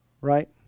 right